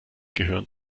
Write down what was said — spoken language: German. gehören